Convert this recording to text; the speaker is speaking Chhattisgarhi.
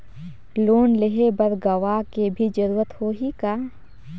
लोन लेहे बर गवाह के भी जरूरत होही का?